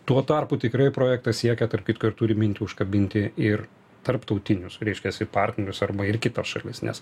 tuo tarpu tikrai projektas siekia tarp kitko ir turi mintį užkabinti ir tarptautinius reiškiasi partnerius arba ir kitas šalis nes